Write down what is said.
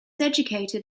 educated